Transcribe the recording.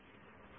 काय होते